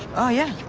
ah, yeah.